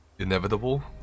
Inevitable